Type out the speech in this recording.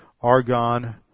argon